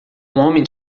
homem